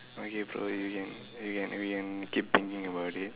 okay bro you can you can you can keep thinking about it